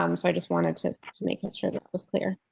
um so, i just wanted to to make and sure that was clear.